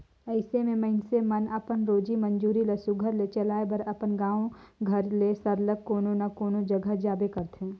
अइसे में मइनसे मन अपन रोजी मंजूरी ल सुग्घर ले चलाए बर अपन गाँव घर ले सरलग कोनो न कोनो जगहा जाबे करथे